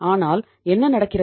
ஆனால் என்ன நடக்கிறது